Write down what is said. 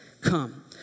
come